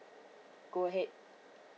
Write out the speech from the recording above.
go ahead